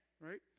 Right